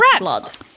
rats